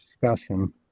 discussion